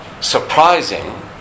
surprising